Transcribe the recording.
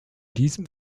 diesem